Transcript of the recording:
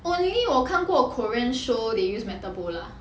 only 我看过 korean show they use metal bowl lah